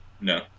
No